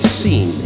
seen